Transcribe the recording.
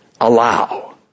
allow